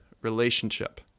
relationship